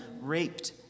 raped